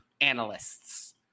analysts